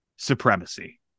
Supremacy